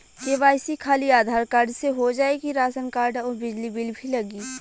KYC खाली Aadhaar card से हो जाए कि राशन कार्ड अउर बिजली बिल भी लगी?